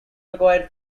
required